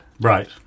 right